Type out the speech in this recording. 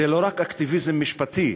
זה לא אקטיביזם משפטי,